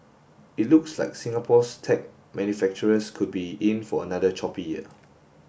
it looks like Singapore's tech manufacturers could be in for another choppy year